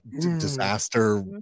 disaster